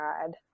god